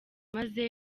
maze